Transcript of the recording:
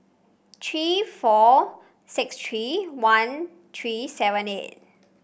three four six three one three seven eight